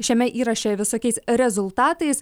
šiame įraše visokiais rezultatais